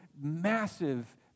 massive